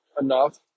enough